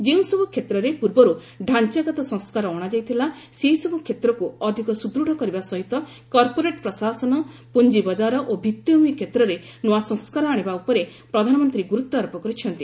ଯେଉଁସବୁ କ୍ଷେତ୍ରରେ ପୂର୍ବରୁ ଡାଞ୍ଚାଗତ ସଂସ୍କାର ଅଣାଯାଇଥିଲା ସେହିସବୁ କ୍ଷେତ୍ରକୁ ଅଧିକ ସୁଦୃଢ଼ କରିବା ସହିତ କର୍ପୋରେଟ୍ ପ୍ରଶାସନ ପୁଞ୍ଜି ବଜାର ଓ ଭିତ୍ତିଭୂମି କ୍ଷେତ୍ରରେ ନୂଆ ସଂସ୍କାର ଆଣିବା ଉପରେ ପ୍ରଧାନମନ୍ତ୍ରୀ ଗୁରୁତ୍ୱ ଆରୋପ କରିଛନ୍ତି